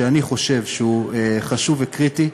שאני חושב שהוא חשוב וקריטי,